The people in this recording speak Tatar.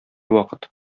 вакыт